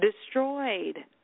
destroyed